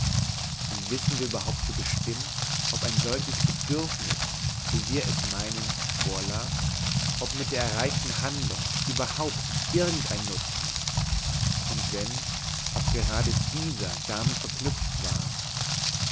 und wissen wir überhaupt so bestimmt ob ein solches bedürfnis wie wir es meinen vorlag ob mit der erreichten handlung überhaupt irgend ein nutzen und wenn ob gerade dieser damit verknüpft war